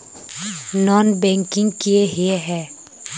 Non banking किए हिये है?